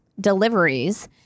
deliveries